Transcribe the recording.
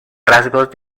rasgos